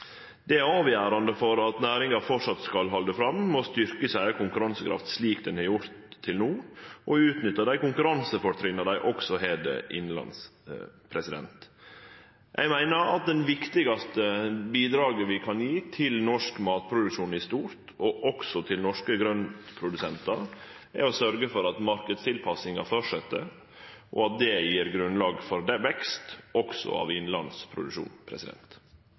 Det er avgjerande at næringa held fram med å styrkje konkurransekrafta, slik ho har gjort til no, og utnyttar dei konkurransefortrinna ho også har innanlands. Eg meiner at det viktigaste bidraget vi kan gje til norsk matproduksjon jamt over, og også til norske grøntprodusentar, er å sørgje for at marknadstilpassinga held fram, og at det gjev grunnlag for vekst også av